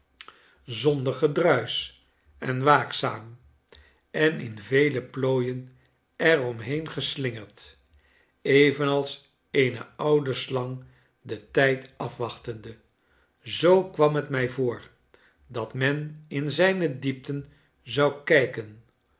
zondergedruisch en waakzaam en in vele plooien er omheen geslingerd evenals eene oude slang den tijd afwachtende zoo kwam het mij voor dat men in zijne diepten zou kijken